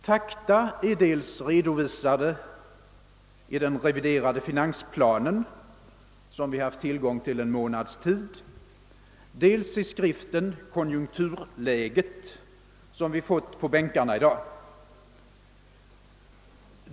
Fakta är redovisade dels i den reviderade finansplanen, som vi haft tillgång till i en månads tid, dels i skriften Konjunkturläget, som vi fått på bänkarna i dag.